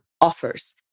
offers